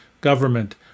government